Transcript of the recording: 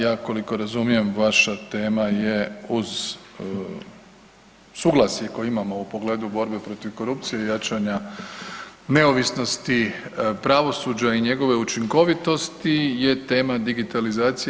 Ja koliko razumijem vaša tema je uz suglasje koje imamo u pogledu borbe protiv korupcije i jačanja neovisnosti pravosuđa i njegove učinkovitosti je tema digitalizacije.